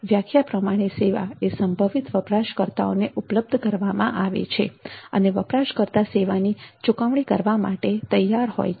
વ્યાખ્યા પ્રમાણે સેવા એ સંભવિત વપરાશકર્તાઓને ઉપલબ્ધ કરાવવામાં આવે છે અને વપરાશકર્તા સેવાની ચૂકવણી કરવા માટે તૈયાર હોય છે